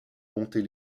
montés